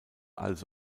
also